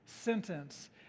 sentence